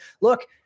Look